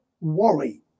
worry